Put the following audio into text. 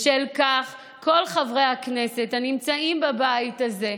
בשל כך כל חברי הכנסת הנמצאים בבית הזה,